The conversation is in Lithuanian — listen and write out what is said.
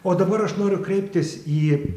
o dabar aš noriu kreiptis į